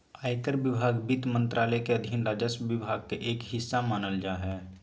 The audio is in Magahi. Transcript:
आयकर विभाग वित्त मंत्रालय के अधीन राजस्व विभाग के एक हिस्सा मानल जा हय